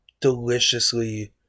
deliciously